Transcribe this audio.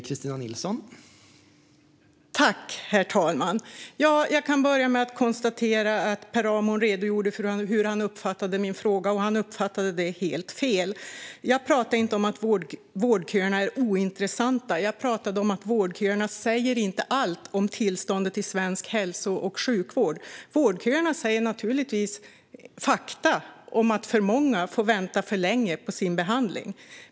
Herr talman! Per Ramhorn redogjorde för hur han uppfattade min fråga, och han uppfattade den helt fel. Jag talade inte om att vårdköerna är ointressanta, utan jag sa att vårdköerna inte säger allt om tillståndet inom svensk hälso och sjukvård. Vårdköerna säger naturligtvis fakta om att för många får vänta för länge på sin behandling.